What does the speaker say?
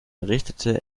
richtete